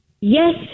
Yes